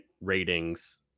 ratings